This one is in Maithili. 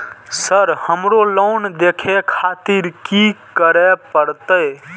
सर हमरो लोन देखें खातिर की करें परतें?